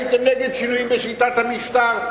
הייתם נגד שינויים בשיטת המשטר,